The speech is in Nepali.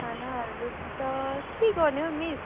खानाहरू त के गर्ने हो मिस